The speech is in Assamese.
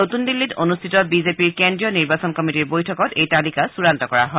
নতুন দিন্নীত অনুষ্ঠিত বিজেপিৰ কেন্দ্ৰীয় নিৰ্বাচন কমিটিৰ বৈঠকত এই তালিকা চূড়ান্ত কৰা হয়